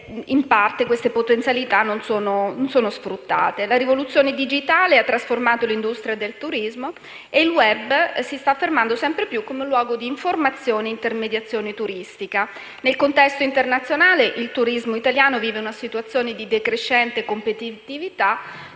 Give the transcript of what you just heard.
in parte queste potenzialità non sono sfruttate. La rivoluzione digitale ha trasformato l'industria del turismo e il *web* si sta affermando sempre più come un luogo di informazione e intermediazione turistica. Nel contesto internazionale, il turismo italiano vive una situazione di decrescente competitività